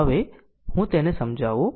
હવે હું તેને સમજાવું